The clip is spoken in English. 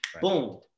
boom